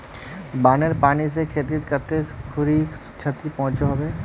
बानेर पानी से खेतीत कते खुरी क्षति पहुँचो होबे?